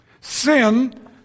Sin